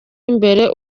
imbere